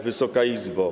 Wysoka Izbo!